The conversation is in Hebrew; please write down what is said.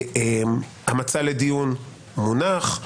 המצע לדיון מונח.